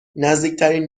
نزدیکترین